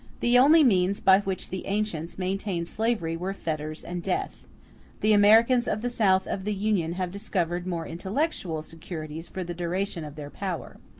the only means by which the ancients maintained slavery were fetters and death the americans of the south of the union have discovered more intellectual securities for the duration of their power.